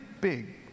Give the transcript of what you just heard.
big